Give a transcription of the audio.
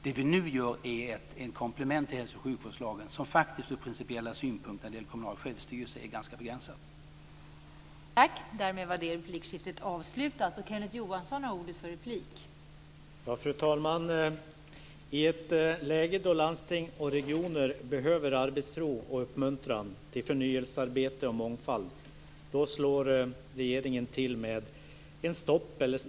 Det vi nu gör är ett komplement till hälso och sjukvårdslagen som ur principiella synpunkter är ganska begränsat när det gäller den kommunala självstyrelsen.